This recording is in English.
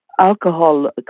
alcohol